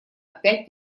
опять